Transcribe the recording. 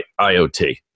IoT